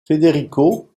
federico